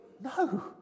no